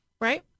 right